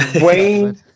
Wayne